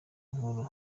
nkuru